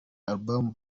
alubumu